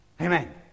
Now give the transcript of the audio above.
Amen